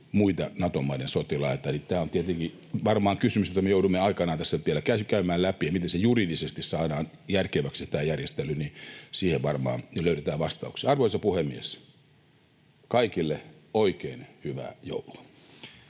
muita Nato-maiden sotilaita? Tämä on tietenkin varmaan kysymys, jota me joudumme aikanaan tässä vielä käymään läpi, miten juridisesti saadaan järkeväksi tämä järjestely. Siihen varmaan löydetään vastauksia. Arvoisa puhemies! Kaikille oikein hyvää joulua!